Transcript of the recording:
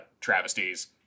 travesties